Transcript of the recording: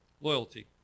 loyalty